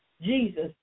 Jesus